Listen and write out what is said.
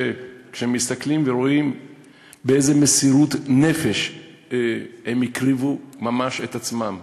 שכשמסתכלים ורואים באיזו מסירות נפש הם הקריבו ממש את עצמם,